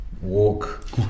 walk